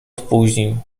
spóźnił